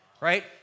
right